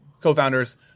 co-founders